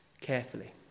Carefully